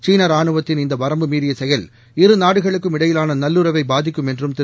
சீன ராணுவத்தின் இந்த வரம்பு மீறிய செயல் இருநாடுகளுக்கும் இடையிலான நல்லுறவை பாதிக்கும் என்றும் திரு